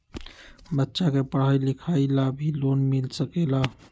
बच्चा के पढ़ाई लिखाई ला भी लोन मिल सकेला?